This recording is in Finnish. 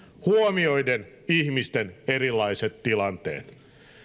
huomioiden ihmisten erilaiset tilanteet